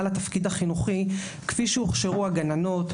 לתפקיד החינוכי כפי שהוכשרו הגננות,